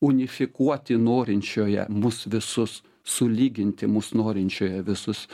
unifikuoti norinčioje mus visus sulyginti mus norinčioje visus